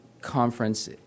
conference